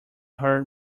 heard